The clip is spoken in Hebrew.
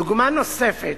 דוגמה נוספת